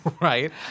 Right